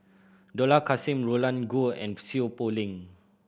Dollah Kassim Roland Goh and Seow Poh Leng